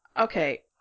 Okay